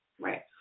right